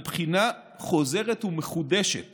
לבחינה חוזרת ומחודשת